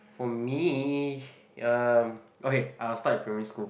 for me um okay I will start with primary school